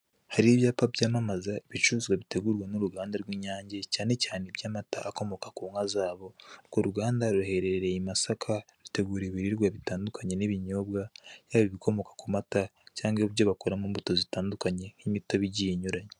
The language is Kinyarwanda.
Hari ibyapa byamamaza ibicuruzwa bitegurwa n'uruganda rw'inyange, cyane cyane iby'amata akomoka ku nka zabo. Urwo ruganda ruherereye i Masaka, rutegura ibiribwa bitandukanye n'ibinyobwa, yaba ibikomoka ku mata cyangwa ibyo bakora mu mbuto zitandukanye nk'imitobe igiye inyuranye.